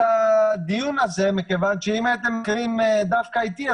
הדיון הזה מכיוון שאם הייתם מתחילים דווקא אתי,